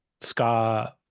Ska